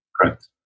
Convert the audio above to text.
Correct